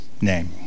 name